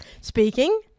Speaking